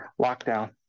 lockdown